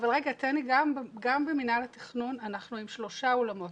גם במנהל התכנון אנחנו עם שלושה אולמות.